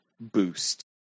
boost